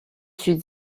suis